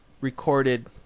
recorded